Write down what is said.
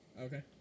Okay